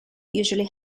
usually